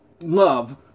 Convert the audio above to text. love